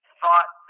thought